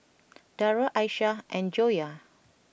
Dara Aishah and Joyah